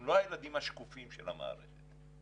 הם לא הילדים השקופים של המערכת.